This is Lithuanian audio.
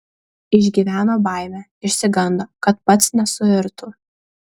išgyveno baimę išsigando kad pats nesuirtų